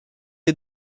est